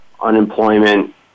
unemployment